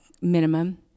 minimum